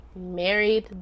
married